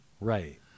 Right